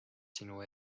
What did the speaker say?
sinu